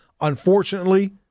Unfortunately